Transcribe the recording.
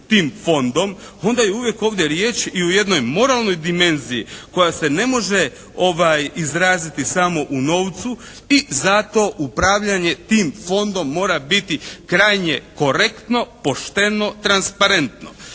tim Fondom onda je uvijek ovdje riječ i o jednoj moralnoj dimenziji koja se ne može izraziti samo u novcu i zato upravljanje tim Fondom mora biti krajnje korektno, pošteno, transparentno.